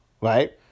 Right